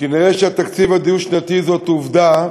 נראה שהתקציב הדו-שנתי הוא עובדה.